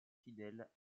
fidèle